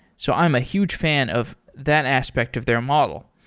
so i'm a huge fan of that aspect of their model.